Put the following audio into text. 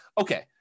okay